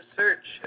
search